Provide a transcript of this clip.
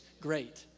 great